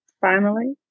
family